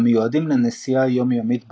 המיועדים לנסיעה יומיומית בכביש.